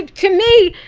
to me,